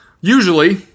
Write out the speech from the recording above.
usually